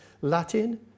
Latin